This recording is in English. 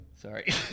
Sorry